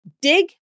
dig